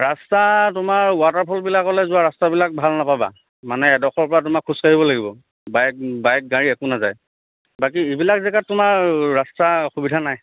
ৰাস্তা তোমাৰ ৱাটাৰফলবিলাকলে যোৱা ৰাস্তাবিলাক ভাল নাপাবা মানে এডখৰ পৰা তোমাক খোজকাঢ়িব লাগিব বাইক বাইক গাড়ী একো নাযায় বাকী এইবিলাক জেগাত তোমাৰ ৰাস্তা অসুবিধা নাই